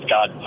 God